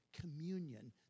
communion